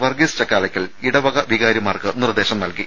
വർഗീസ് ചക്കാലക്കൽ ഇടവക വികാരിമാർക്ക് നിർദ്ദേശം നൽകി